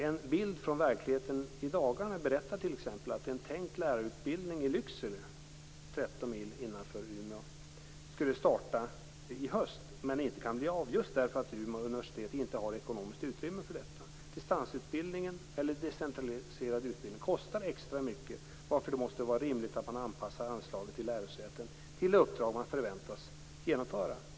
En bild från dagens verklighet berättar t.ex. att en tänkt lärarutbildning i Lycksele, 13 mil innanför Umeå, skulle starta i höst men inte kan bli av därför att Umeå universitet inte har ekonomiskt utrymme för detta. Distansutbildning och decentraliserad utbildning kostar extra mycket, varför det måste vara rimligt att anpassa anslagen till lärosäten efter de uppdrag dessa förväntas genomföra.